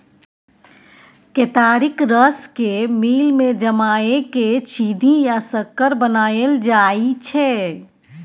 केतारीक रस केँ मिल मे जमाए केँ चीन्नी या सक्कर बनाएल जाइ छै